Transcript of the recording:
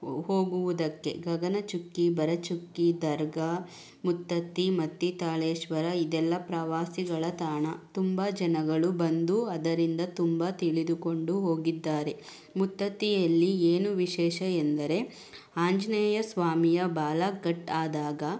ಹೋಗುವುದಕ್ಕೆ ಗಗನಚುಕ್ಕಿ ಭರಚುಕ್ಕಿ ದರ್ಗಾ ಮುತ್ತತ್ತಿ ಮತ್ತಿ ತಾಳೇಶ್ವರ ಇದೆಲ್ಲ ಪ್ರವಾಸಿಗಳ ತಾಣ ತುಂಬ ಜನಗಳು ಬಂದು ಅದರಿಂದ ತುಂಬ ತಿಳಿದುಕೊಂಡು ಹೋಗಿದ್ದಾರೆ ಮುತ್ತತ್ತಿಯಲ್ಲಿ ಏನು ವಿಶೇಷ ಎಂದರೆ ಆಂಜನೇಯ ಸ್ವಾಮಿಯ ಬಾಲ ಕಟ್ ಆದಾಗ